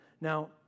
Now